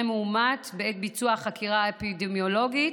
מאומת בעת ביצוע החקירה האפידמיולוגית.